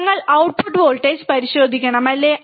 ഞങ്ങൾ output voltage പരിശോധിക്കണം അല്ലേ